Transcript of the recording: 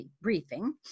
briefing